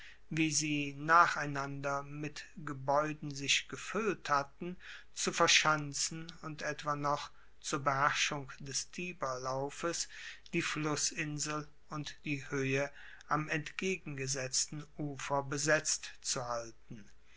wie sie nacheinander mit gebaeuden sich gefuellt hatten zu verschanzen und etwa noch zur beherrschung des tiberlaufes die flussinsel und die hoehe am entgegengesetzten ufer besetzt zu halten